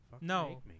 No